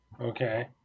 Okay